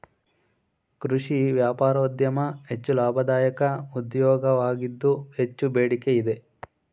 ಕೃಷಿ ವ್ಯಾಪಾರೋದ್ಯಮ ಹೆಚ್ಚು ಲಾಭದಾಯಕ ಉದ್ಯೋಗವಾಗಿದ್ದು ಹೆಚ್ಚು ಬೇಡಿಕೆ ಇದೆ